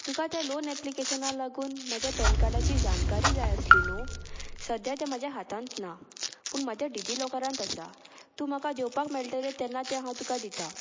तुका त्या लोन एप्लिकेशना लागून म्हज्या पॅन कार्डाची जाणकारी जाय आसली न्हू सद्या तें म्हाज्या हातांत ना पूण म्हाज्या डिजिलॉकरांत आसा तूं म्हाका जेवपाक मेळटलें तेन्ना तें हांव तुका दिता